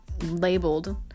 labeled